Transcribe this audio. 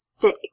fit